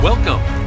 Welcome